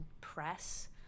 press